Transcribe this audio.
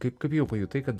kaip kaip jau pajutai kad